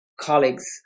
colleagues